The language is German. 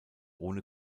ohne